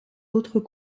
autres